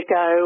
go